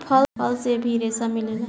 फल से भी रेसा मिलेला